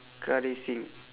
car racing